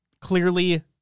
Clearly